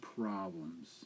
problems